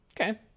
Okay